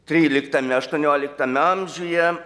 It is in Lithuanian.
tryliktame aštuonioliktame amžiuje